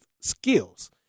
skills